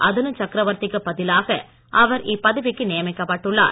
அதனு சக்ரவர்த்திக்கு பதிலாக அவர் இப்பதவிக்கு நியமிக்கப்பட்டுள்ளார்